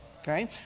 okay